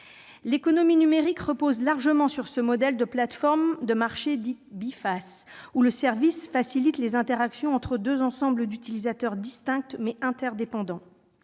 L'économie numérique repose largement sur ce modèle de plateforme, de marché dit « biface », où le service facilite les interactions entre deux ensembles d'utilisateurs distincts, mais interdépendants